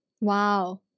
Wow